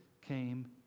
came